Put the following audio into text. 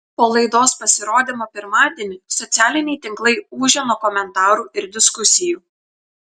po laidos pasirodymo pirmadienį socialiniai tinklai ūžia nuo komentarų ir diskusijų